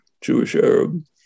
Jewish-Arab